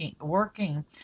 working